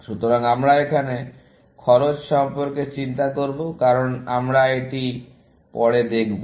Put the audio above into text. সুতরাং আমরা এখানে খরচ সম্পর্কে চিন্তা করব কারণ যেমন আমরা এটি পরে দেখব